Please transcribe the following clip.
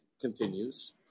continues